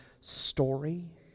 story